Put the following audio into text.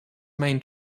main